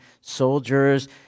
soldiers